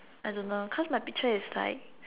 I don't know cause my picture is like